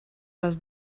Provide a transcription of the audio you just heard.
les